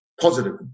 positive